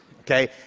okay